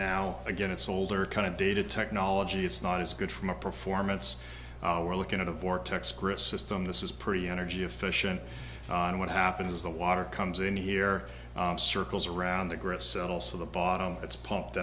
now again it's older kind of dated technology it's not as good from a performance we're looking at a vortex chris system this is pretty energy efficient and what happens is the water comes in here circles around the grits settles to the bottom it's pumped